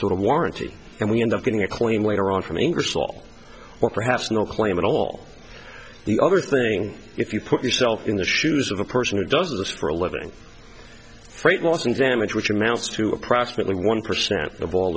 sort of warranty and we end up getting a claim later on from english all or perhaps no claim at all the other thing if you put yourself in the shoes of a person who does this for a living freight loss and damage which amounts to approximately one percent of all